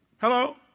Hello